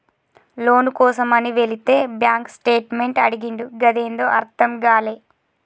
లోను కోసమని వెళితే bank statement అడిగిండు గదేందో అర్థం గాలే